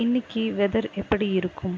இன்னிக்கு வெதர் எப்படி இருக்கும்